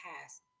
past